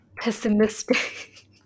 pessimistic